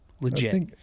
legit